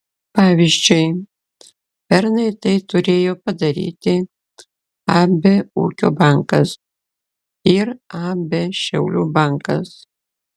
pavyzdžiui pernai tai turėjo padaryti ab ūkio bankas ir ab šiaulių bankas